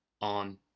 on